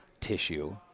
tissue